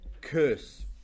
curse